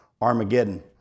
Armageddon